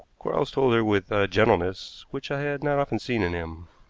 quarles told her with a gentleness which i had not often seen in him.